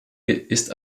ist